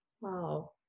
Wow